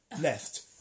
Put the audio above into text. left